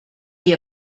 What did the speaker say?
you